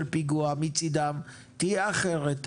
של פיגוע מצדם תהיה אחרת.